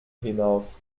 hinauf